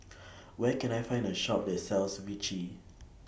Where Can I Find A Shop that sells Vichy